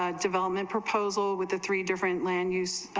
ah development proposal with the three different lan use,